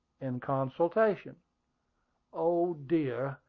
in consultation oh dear!